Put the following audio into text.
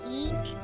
eat